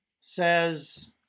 says